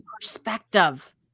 perspective